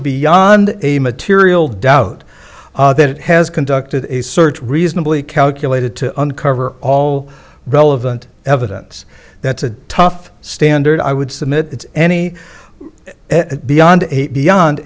beyond a material doubt that it has conducted a search reasonably calculated to uncover all relevant evidence that's a tough standard i would submit any beyond